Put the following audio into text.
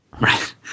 Right